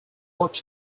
worked